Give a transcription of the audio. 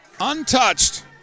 untouched